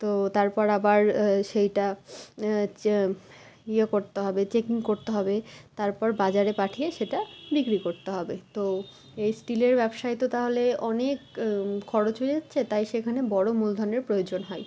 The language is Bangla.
তো তারপর আবার সেইটা হচ্ছে ইয়ে করতে হবে চেকিং করতে হবে তারপর বাজারে পাঠিয়ে সেটা বিক্রি করতে হবে তো এই স্টিলের ব্যবসায় তো তাহলে অনেক খরচ হয়ে যাচ্ছে তাই সেখানে বড়ো মূলধনের প্রয়োজন হয়